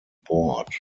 board